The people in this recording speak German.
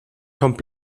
kommt